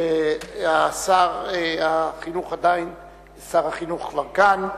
ושר החינוך כבר כאן,